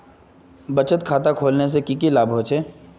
बचत खाता खोलने से की की लाभ होचे?